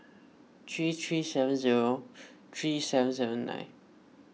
three three seven zero three seven seven nine